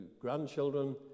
grandchildren